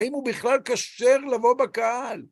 האם הוא בכלל כשר לבוא בקהל?